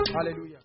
Hallelujah